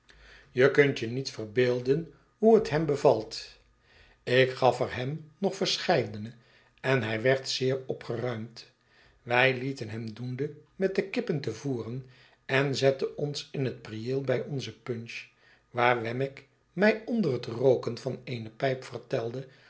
je kunt je niet verbeelden hoe het hem bevalt ik gafer hem nog verscheidene en hij werd zeer opgeruimd wij lieten hem doende met de kippen te voeren en zetten ons in het prieel bij onze punch waar wemmick mij onder het rooken van eene pijp vertelde